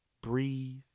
breathe